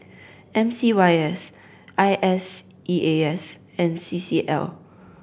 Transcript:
M C Y S I S E A S and C C L